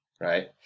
right